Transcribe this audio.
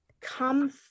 come